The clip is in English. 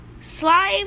slime